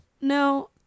No